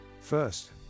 First